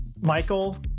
Michael